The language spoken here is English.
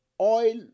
oil